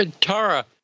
Tara